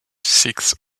sixth